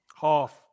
Half